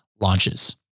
launches